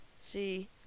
See